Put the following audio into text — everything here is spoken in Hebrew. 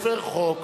הוא הפר חוק,